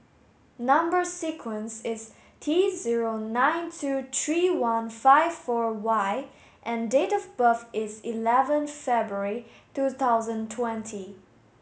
number sequence is T zero nine two three one five four Y and date of birth is eleven February two thousand twenty